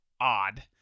odd